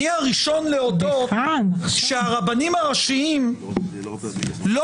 אני הראשון להודות שהרבנים הראשיים לא